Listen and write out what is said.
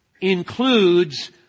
includes